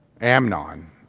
Amnon